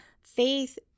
Faith